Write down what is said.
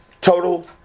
total